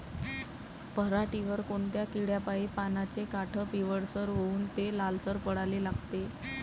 पऱ्हाटीवर कोनत्या किड्यापाई पानाचे काठं पिवळसर होऊन ते लालसर पडाले लागते?